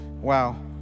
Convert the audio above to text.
Wow